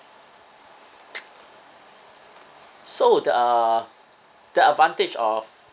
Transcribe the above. so the uh the advantage of